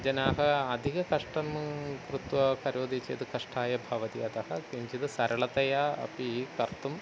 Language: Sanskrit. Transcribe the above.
जनाः अधिककष्टं कृत्वा करोति चेत् कष्टाय भवति अतः किञ्चिद् सरलतया अपि कर्तुम्